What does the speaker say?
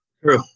True